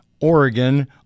Oregon